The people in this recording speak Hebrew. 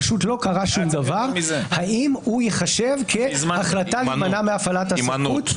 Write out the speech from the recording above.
פשוט לא קרה שום דבר האם הוא ייחשב כהחלטה להימנע מהפעלת הסמכות?